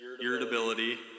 irritability